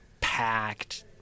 packed